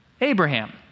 Abraham